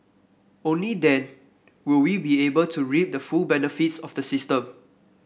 only then will we be able to reap the full benefits of the system